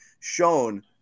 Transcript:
shown